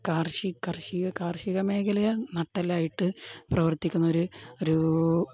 കാർഷിക കാർഷിക കാർഷിക മേഖലയുടെ നട്ടലായിട്ട് പ്രവർത്തിക്കുന്ന ഒരു ഒരു